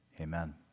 amen